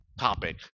topic